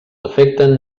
afecten